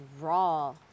raw